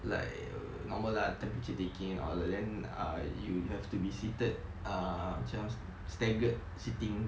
like normal lah temperature taking and all then err you you have to be seated err macam just staggered sitting